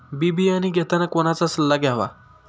बी बियाणे घेताना कोणाचा सल्ला घ्यावा?